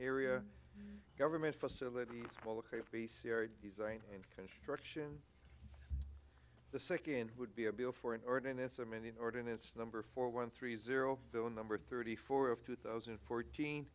area government facilities and construction the second would be a bill for an ordinance i mean ordinance number four one three zero number thirty four of two thousand and fourteen